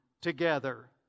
together